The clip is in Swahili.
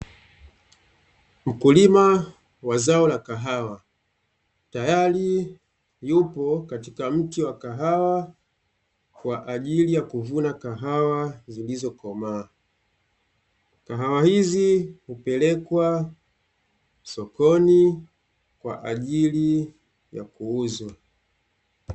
Mkulima wa zao la kahawa tayari yupo katika mti wa kahawa, kwa ajili ya kuvuna kahawa zilizokomaa. Kahawa hizi hupelekwa sokoni kwa ajili ya kuuzwa.